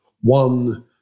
one